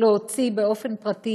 להוציא באופן פרטי